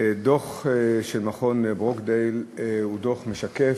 הדוח של מכון ברוקדייל הוא דוח משקף,